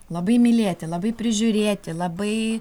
labai mylėti labai prižiūrėti labai